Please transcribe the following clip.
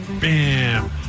bam